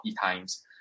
times